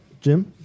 Jim